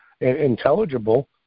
intelligible